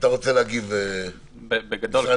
התקנות מפורסמות באתר של משרד